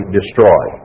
destroy